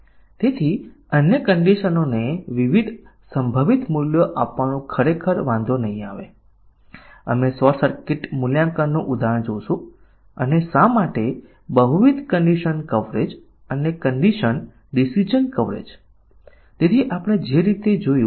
તેથી જો ત્રીજા પછી આપણી આ પાસે નિવેદન હશે આ પછી સુસંગત ચલ સુયોજિત કરો પરંતુ એક વાત એ છે કે જો કોઈ શાખાઓ ન હોય તો બધા નિવેદનો આવરી લેવામાં આવશે જેથી આપણે કાર્યક્ષમ રીતે ટૂલમાં કેવી રીતે લખી શકીએ